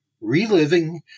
Reliving